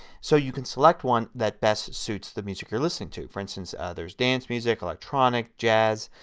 so you can select one that best suits the music you are listening to. for instance ah there is dance music, electronic, jazz,